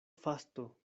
fasto